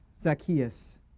Zacchaeus